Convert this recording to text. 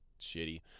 shitty